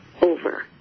over